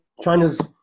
China's